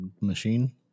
machine